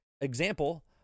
Example